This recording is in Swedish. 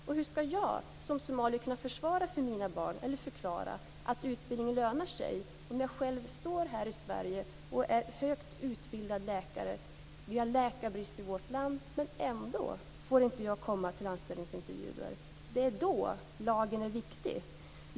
Och hur skall en somalier kunna förklara för sina barn att utbildning lönar sig om han eller hon själv står här i Sverige och är högt utbildad läkare men ändå inte får komma till anställningsintervjuer, trots att vi har läkarbrist i vårt land. Det är då som lagen är viktig.